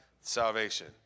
salvation